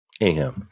Anyhow